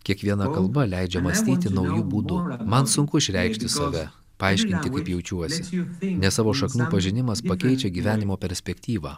kiekviena kalba leidžia mąstyti nauju būdu man sunku išreikšti save paaiškinti kaip jaučiuosi nes savo šaknų pažinimas pakeičia gyvenimo perspektyvą